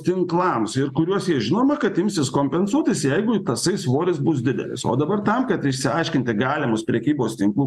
tinklams ir kuriuos jie žinoma kad imsis kompensuotis jeigu tasai svoris bus didelis o dabar tam kad išsiaiškinti galimus prekybos tinklų